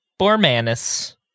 Bormanis